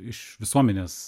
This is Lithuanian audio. iš visuomenės